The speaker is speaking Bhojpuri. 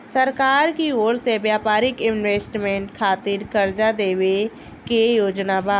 सरकार की ओर से व्यापारिक इन्वेस्टमेंट खातिर कार्जा देवे के योजना बा